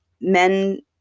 men